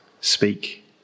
speak